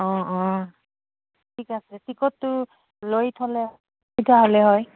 অঁ অঁ ঠিক আছে টিকটটো লৈ থ'লে সুবিধা হ'লে হয়